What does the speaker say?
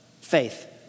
faith